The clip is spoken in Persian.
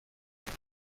رییس